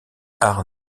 art